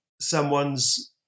someone's